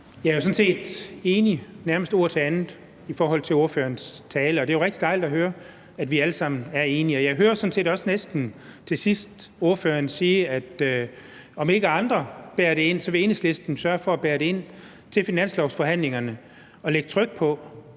Jeg er nærmest ord til andet enig i ordførerens tale. Det er jo rigtig dejligt at høre, at vi alle sammen er enige. Jeg hører næsten også til sidst ordføreren sige, at hvis ikke andre bærer det ind, vil Enhedslisten sørge for at bære det ind ved finanslovsforhandlingerne og lægge pres på